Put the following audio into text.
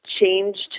changed